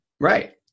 Right